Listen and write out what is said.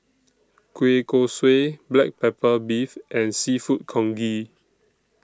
Kueh Kosui Black Pepper Beef and Seafood Congee